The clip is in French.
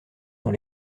dans